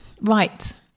Right